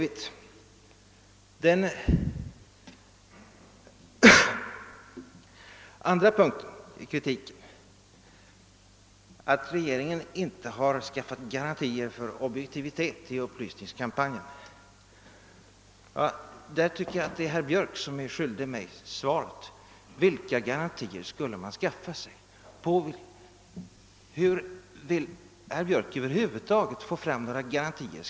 Vad beträffar den andra punkten i kritiken, att regeringen inte har skaffat garantier för objektivitet i upplysningskampanjen, tycker jag att det är herr Björck som är skyldig mig svaret. Vilka garantier skulle man skaffa? Hur vill herr Björck över huvud taget få fram några garantier?